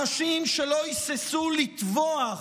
אנשים שלא היססו לטבוח